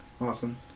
awesome